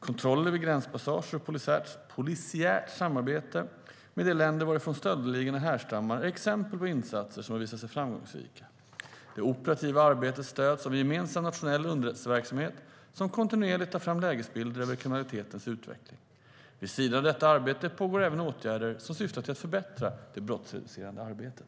Kontroller vid gränspassager och polisiärt samarbete med de länder varifrån stöldligorna härstammar är exempel på insatser som har visat sig vara framgångsrika. Det operativa arbetet stöds av en gemensam nationell underrättelseverksamhet som kontinuerligt tar fram lägesbilder över kriminalitetens utveckling. Vid sidan av detta arbete pågår även åtgärder som syftar till att förbättra det brottsutredande arbetet.